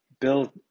build